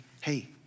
hey